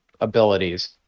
abilities